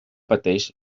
pateix